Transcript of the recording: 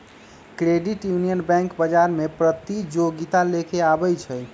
credit union bank बजार में प्रतिजोगिता लेके आबै छइ